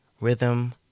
rhythm